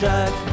Jack